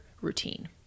routine